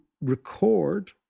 record